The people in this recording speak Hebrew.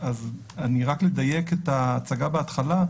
רק אדייק את ההצגה בהתחלה: